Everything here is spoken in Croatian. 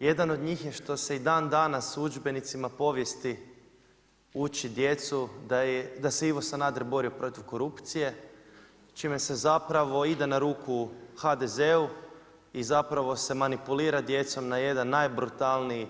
Jedan od njih što se i dandanas u udžbenicima povijesti uči djecu da se Ivo Sanader borio protiv korupcije čime se zapravo ide na ruku HDZ-u i zapravo se manipulira djecom na je dna najbrutalniji